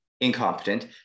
incompetent